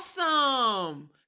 Awesome